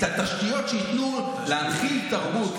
את התשתיות שייתנו להנחיל תרבות,